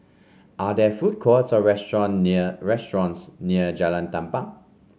are there food courts or restaurant near restaurants near Jalan Tampang